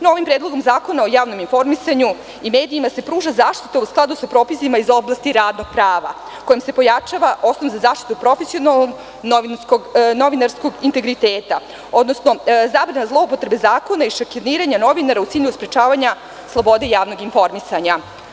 Novim Predlogom zakona o javnom informisanju i medijima se pruža zaštita u skladu sa propisima iz oblasti radnog prava, kojim se pojačava osnov za zaštitu profesionalnog novinarskog integriteta, odnosno zabrana zloupotrebe zakona i šikaniranje novinara u cilju sprečavanja slobode javnog informisanja.